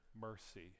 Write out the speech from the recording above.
mercy